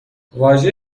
واژه